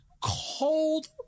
cold